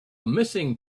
missing